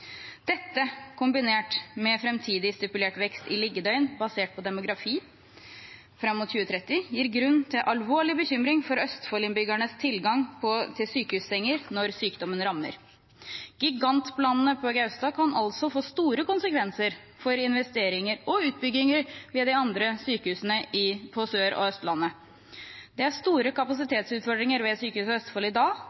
Dette, kombinert med framtidig stipulert vekst i liggedøgn basert på demografi fram mot 2030, gir grunn til alvorlig bekymring for Østfold-innbyggernes tilgang til sykehussenger når sykdom rammer. Gigantplanene på Gaustad kan altså få store konsekvenser for investeringer og utbygginger ved de andre sykehusene på Sør- og Østlandet. Det er store